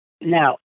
Now